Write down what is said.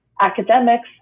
academics